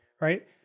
right